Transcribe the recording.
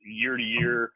year-to-year